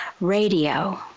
Radio